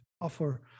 offer